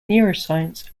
neuroscience